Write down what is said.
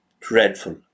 dreadful